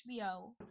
HBO